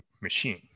machine